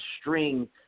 string